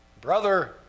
brother